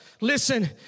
listen